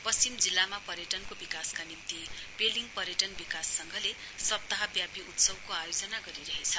पस्चिम जिल्लामा पर्यटनको विकासका निम्ति पेलिङ पर्यटन विकास संघले सप्ताह व्यापी उत्सवको आयोजना गरिरहेछ